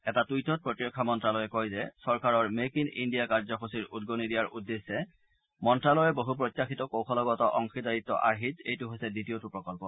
এটা টুইটত প্ৰতিৰক্ষা মন্ত্যালয়ে কয় যে চৰকাৰৰ মেক ইন ইণ্ডিয়া কাৰ্যসূচীৰ উদগণি দিয়াৰ উদ্দেশ্যেৰে মন্ত্যালয়ৰ বহু প্ৰত্যাশিত কৌশলগত অংশীদাৰত্ আৰ্হিত এইটো হৈছে দ্বিতীয়টো প্ৰকল্প